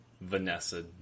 Vanessa